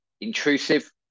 intrusive